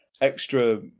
extra